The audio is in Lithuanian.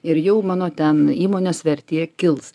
ir jau mano ten įmonės vertė kils